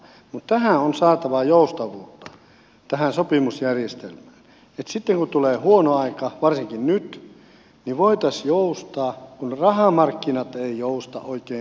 tähän sopimusjärjestelmään on saatava joustavuutta että sitten kun tulee huono aika varsinkin nyt voitaisiin joustaa kun rahamarkkinat eivät jousta oikein